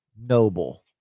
noble